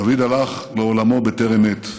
דוד הלך לעולמו בטרם עת.